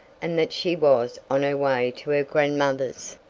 and that she was on her way to her grandmother's,